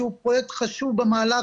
שהוא פרויקט חשוב במעלה,